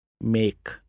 make